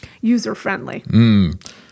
user-friendly